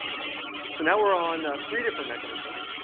so now, we're on three different mechanisms.